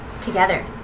together